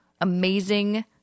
amazing